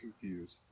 confused